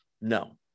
No